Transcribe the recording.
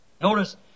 Notice